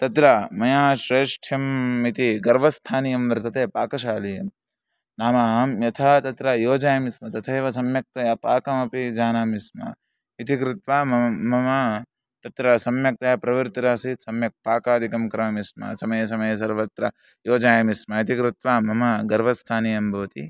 तत्र मया श्रैष्ठ्यम् इति गर्वस्थानीयं वर्तते पाकशालीयं नाम अहं यथा तत्र योजयामि स्म तथैव सम्यक्तया पाकमपि जानामि स्म इति कृत्वा मम मम तत्र सम्यक्तया प्रवृत्तिरासीत् सम्यक् पाकादिकं करोमि स्म समये समये सर्वत्र योजयामि स्म इति कृत्वा मम गर्वस्थानीयं भवति